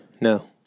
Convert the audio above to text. no